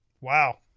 wow